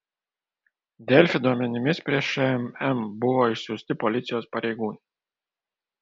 delfi duomenimis prie šmm buvo išsiųsti policijos pareigūnai